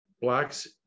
Blacks